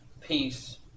peace